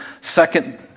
second